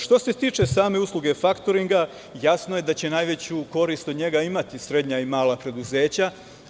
Što se tiče same usluge faktoringa, jasno je da će najveću korist od njega imati srednja i mala preduzeća.